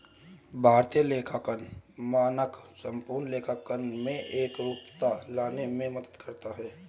भारतीय लेखांकन मानक संपूर्ण लेखांकन में एकरूपता लाने में मदद करता है